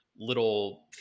little